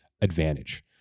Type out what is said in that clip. advantage